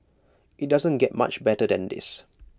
IT doesn't get much better than this